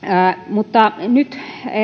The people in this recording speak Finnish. mutta nyt